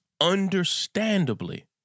understandably